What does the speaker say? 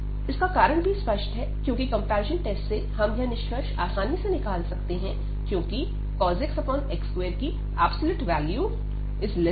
इसका कारण भी स्पष्ट है क्योंकि कंपैरिजन टेस्ट से हम यह निष्कर्ष आसानी से निकाल सकते हैं क्योंकि cos x x21x2